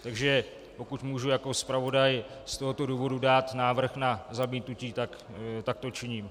Takže pokud můžu jako zpravodaj z tohoto důvodu dát návrh na zamítnutí, tak takto činím.